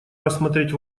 рассмотреть